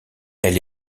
elle